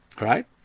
right